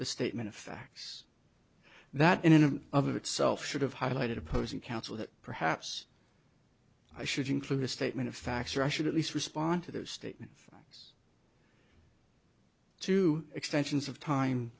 the statement of facts that in and of of itself should have highlighted opposing counsel that perhaps i should include a statement of facts or i should at least respond to those statements two extensions of time